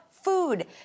food